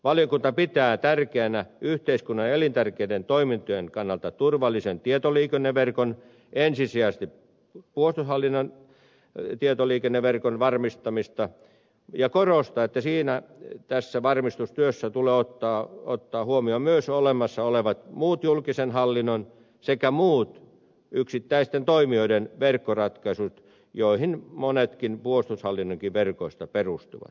valiokunta pitää tärkeänä yhteiskunnan elintärkeiden toimintojen kannalta turvallisen tietoliikenneverkon ensisijaisesti puolustushallinnon tietoliikenneverkon varmistamista ja korostaa että tässä varmistustyössä tulee ottaa huomioon myös olemassa olevat muut julkisen hallinnon sekä muut yksittäisten toimijoiden verkkoratkaisut joihin monet puolustushallinnonkin verkoista perustuvat